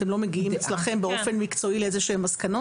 אתם לא מגיעים אצלכם באופן מקצועי לאיזשהן מסקנות?